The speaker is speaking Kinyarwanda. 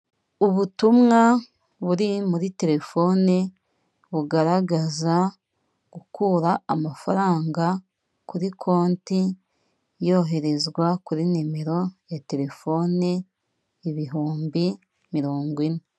Ubutumwa buri muri telefone bugaragaza gukura amafaranga kuri konti yoherezwa kuri nimero ya telefoni ibihumbi mirongo ine.